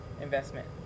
investment